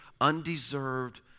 undeserved